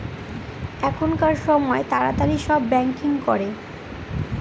এখনকার সময় তাড়াতাড়ি সব ব্যাঙ্কিং করে